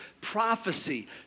prophecy